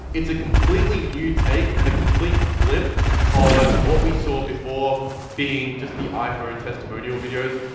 it's a completely new take and a complete flip on what we saw before being just the iphone testimonial videos.